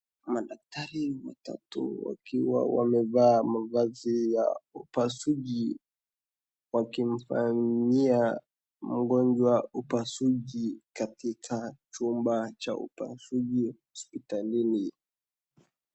Madaktari watatu wakiwa wamevaa mavazi ya upasuaji wakimfanyia mgonjwa upasuaji katika chumba cha upasuaji hospitalini.